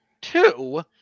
Two